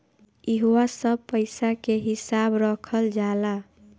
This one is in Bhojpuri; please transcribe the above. इहवा सब पईसा के हिसाब रखल जाला